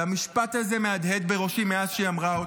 והמשפט הזה מהדהד בראשי מאז שהיא אמרה אותו: